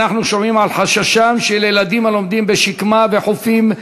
אנחנו שומעים על חששם של ילדים הלומדים ב"שקמה" ו"חופים",